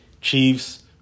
Chiefs